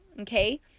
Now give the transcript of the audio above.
okay